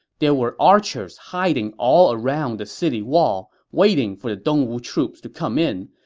there were archers hiding all around the city wall, waiting for the dongwu troops to come in.